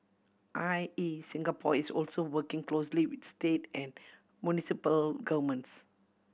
I E Singapore is also working closely with state and municipal governments